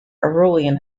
aurelian